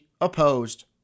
opposed